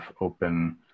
open